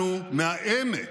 אנחנו מהעמק,